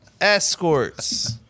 Escorts